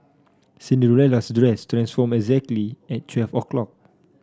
Cinderella's dress transformed exactly at twelve o' clock